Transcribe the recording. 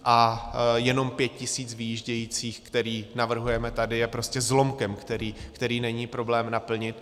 A jenom pět tisíc vyjíždějících, které navrhujeme tady, je prostě zlomkem, který není problém naplnit.